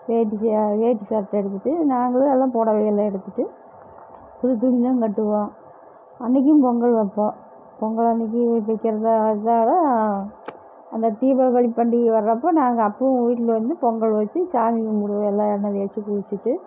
வேட்டி வேட்டி சட்டை எடுத்துவிட்டு நாங்களும் எல்லாம் புடவை எல்லாம் எடுத்துட்டு புது துணிதான் கட்டுவோம் அன்றைக்கும் பொங்கல் வைப்போம் பொங்கல் அன்றைக்கி தைக்கிறதோ அந்த தீபாவளி பண்டிகை வரப்போ நாங்கள் அப்பவும் வீட்டில் வந்து பொங்கல் வச்சு சாமி கும்பிடுவோம் எல்லாம் எண்ணெய் தேய்ச்சி குளிச்சுட்டு